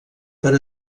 per